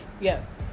yes